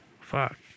Fuck